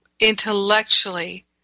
Intellectually